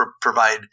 provide